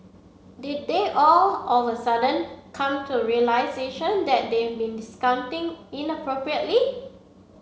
did they all of a sudden come to realisation that they'd been discounting inappropriately